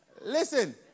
Listen